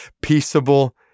peaceable